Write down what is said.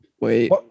wait